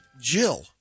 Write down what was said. Jill